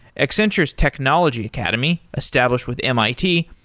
accenture's technology academy, established with mit,